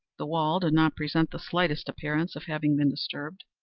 the wall did not present the slightest appearance of having been disturbed.